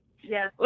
yes